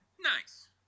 Nice